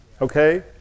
Okay